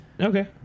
Okay